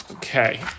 Okay